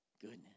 goodness